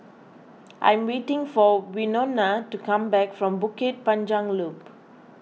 I'm waiting for Winona to come back from Bukit Panjang Loop